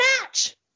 match